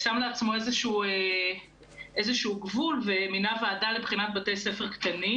שם לעצמו איזשהו גבול ומינה ועדה לבחינת בתי ספר קטנים